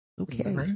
Okay